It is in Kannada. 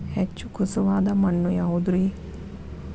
ಹೆಚ್ಚು ಖಸುವಾದ ಮಣ್ಣು ಯಾವುದು ರಿ?